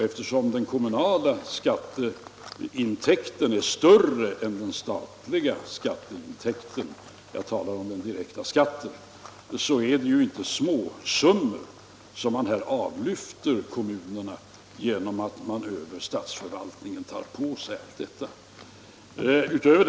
Eftersom den kommunala skatteintäkten är större än den statliga — jag talar om den direkta skatten, så är det inte småsummor som man här avlyfter kommunerna genom att man över statsförvaltningen tar på sig allt detta.